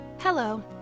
Hello